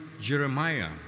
Jeremiah